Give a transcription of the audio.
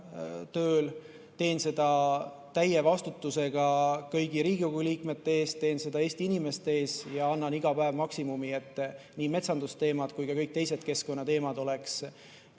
tööl, teen seda täie vastutusega kõigi Riigikogu liikmete ees, teen seda Eesti inimeste ees ja annan iga päev maksimumi, et nii metsandusteemad kui ka kõik teised keskkonnateemad oleks